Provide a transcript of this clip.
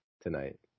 tonight